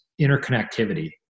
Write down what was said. interconnectivity